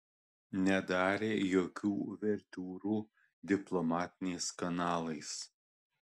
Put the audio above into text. nedarė jokių uvertiūrų diplomatiniais kanalais